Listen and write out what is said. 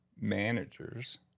managers